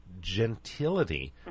gentility